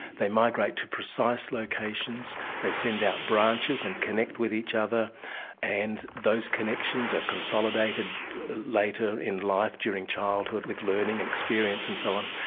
they migrate to precise locations, they send out branches and connect with each other and those connections are consolidated later in life during childhood with learning and experience and so on.